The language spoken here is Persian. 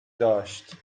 داشت